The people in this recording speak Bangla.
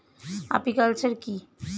আপিকালচার কি?